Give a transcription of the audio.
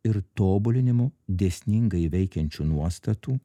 ir tobulinimu dėsningai veikiančių nuostatų